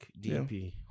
DMP